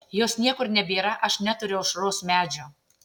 jos niekur nebėra aš neturiu aušros medžio